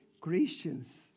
Christians